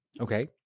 Okay